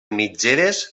mitgeres